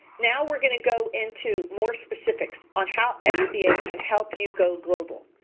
now we're going to go into more specifics on how sba can help you go global.